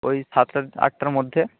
ওই সাতটা আটটার মধ্যে